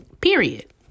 period